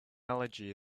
allergy